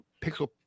Pixel